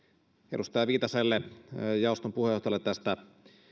edustaja viitaselle jaoston puheenjohtajalle tästä